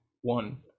one